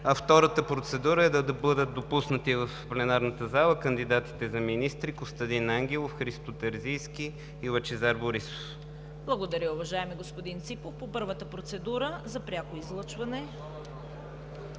а втората процедура е да бъдат допуснати в пленарната зала кандидатите за министри – Костадин Ангелов, Христо Терзийски и Лъчезар Борисов. ПРЕДСЕДАТЕЛ ЦВЕТА КАРАЯНЧЕВА: Благодаря, уважаеми господин Ципов. По първата процедура – за пряко излъчване